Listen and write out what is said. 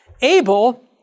Abel